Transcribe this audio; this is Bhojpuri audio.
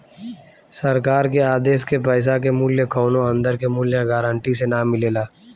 सरकार के आदेश के पैसा के मूल्य कौनो अंदर के मूल्य गारंटी से ना मिलेला